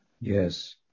yes